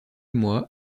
moi